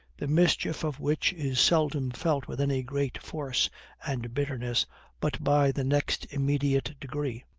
the mischief of which is seldom felt with any great force and bitterness but by the next immediate degree